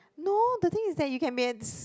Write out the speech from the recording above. no the thing is that you can be